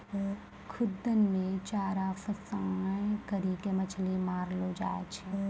खुद्दन मे चारा फसांय करी के मछली मारलो जाय छै